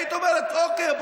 היית אומרת: אוקיי,